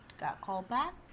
got called back,